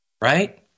right